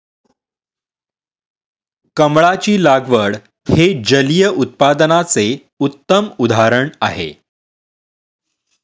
कमळाची लागवड हे जलिय उत्पादनाचे उत्तम उदाहरण आहे